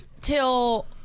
till